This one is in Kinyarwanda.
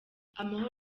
amahoro